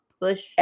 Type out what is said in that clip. push